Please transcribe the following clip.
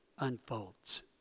unfolds